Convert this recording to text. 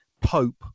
pope